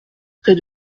près